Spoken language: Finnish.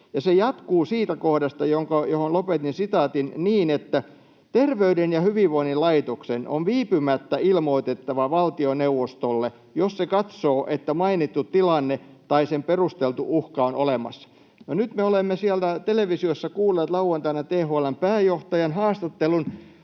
se jatkuu siitä kohdasta, johon lopetin sitaatin, näin: ”Terveyden ja hyvinvoinnin laitoksen on viipymättä ilmoitettava valtioneuvostolle, jos se katsoo, että mainittu tilanne tai sen perusteltu uhka on olemassa.” No, nyt me olemme televisiossa kuulleet lauantaina THL:n pääjohtajan haastattelun,